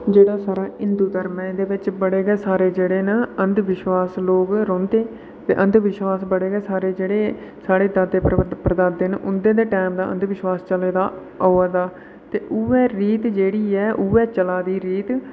जेह्ड़ा साढ़ा हिंदु धर्म ऐ एह्दे बिच बड़े गे सारे जेह्ड़े न अंधविश्वास लोक रौहंदे े अंधविश्वास बड़े गै सारे जेह्ड़े दादे परदादे न उं'दे टैमां दा अंधविश्वास चला दा आवा दा उ'ऐ रीत जेह्ड़ी ऐ उ'ऐ चला दी रीत